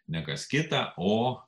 ne kas kita o